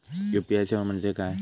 UPI सेवा म्हणजे काय?